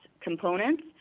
components